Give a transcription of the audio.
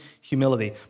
humility